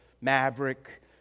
Maverick